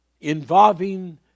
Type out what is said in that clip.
involving